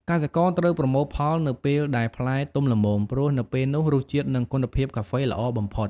កសិករត្រូវប្រមូលផលនៅពេលដែលផ្លែទុំល្មម ព្រោះនៅពេលនោះរសជាតិ និងគុណភាពកាហ្វេល្អបំផុត។